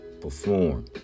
perform